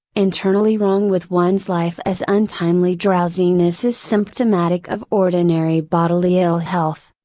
internally wrong with one's life as untimely drowsiness is symptomatic of ordinary bodily ill health.